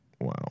wow